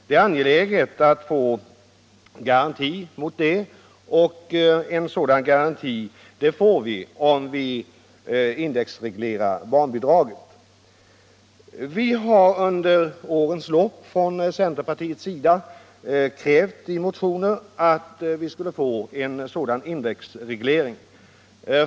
Det är angeläget att få garantier häremot genom en indexreglering av barnbidraget. Centern har under årens lopp i motioner krävt en sådan indexreglering.